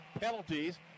penalties